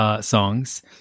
songs